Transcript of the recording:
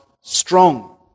strong